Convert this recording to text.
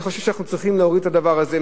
אני חושב שאנחנו צריכים להוריד את הדבר הזה.